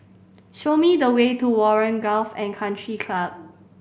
show me the way to Warren Golf and Country Club